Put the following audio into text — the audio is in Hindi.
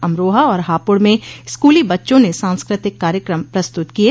अमरोहा और हापुड़ में स्कूली बच्चों ने सांस्कृतिक कार्यक्रम प्रस्तुत किये